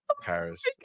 Paris